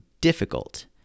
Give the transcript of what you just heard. difficult